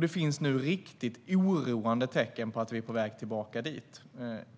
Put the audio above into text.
Det finns nu riktigt oroande tecken på att vi är tillbaka dit.